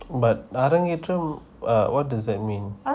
but arangetram ah what does that mean